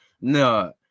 No